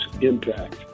impact